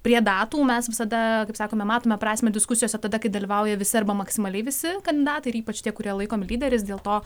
prie datų mes visada kaip sakome matome prasmę diskusijose tada kai dalyvauja visi arba maksimaliai visi kandidatai ir ypač tie kurie laikomi lyderiais dėl to